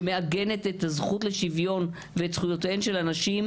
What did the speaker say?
שמעגנת את הזכות לשוויון ואת זכויותיהן של הנשים,